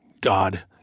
God